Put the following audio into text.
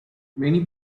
many